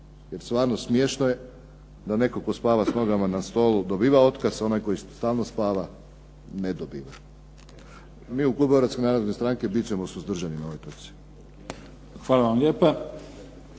jer stvarno smiješno je da netko tko spava s nogama na stolu dobiva otkaz, onaj koji stalno spava ne dobiva. Mi u klubu Hrvatske narodne stranke bit ćemo suzdržani na ovoj točci. **Mimica,